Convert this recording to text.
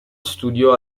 studiò